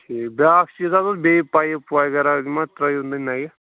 ٹھیٖک بیٛاکھ چیٖز حظ اوس بیٚیہِ پایِپ وغیرہ ما ترٛٲوِو تُہۍ نَیہِ